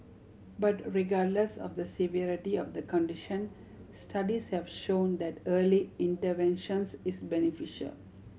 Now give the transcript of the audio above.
but regardless of the severity of the condition studies have shown that early interventions is beneficial